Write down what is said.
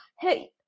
hey